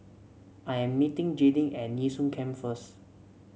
I am meeting Jaydin at Nee Soon Camp first